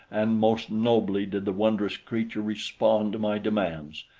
and most nobly did the wondrous creature respond to my demands.